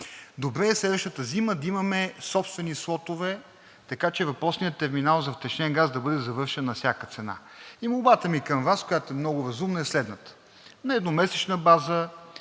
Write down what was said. добре следващата зима да имаме собствени слотове. Така че въпросният терминал за втечнен газ да бъде завършен на всяка цена. Молбата ми, която е много разумна, е следната: на едномесечна база,